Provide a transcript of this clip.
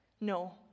No